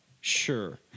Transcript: Sure